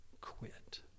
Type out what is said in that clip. quit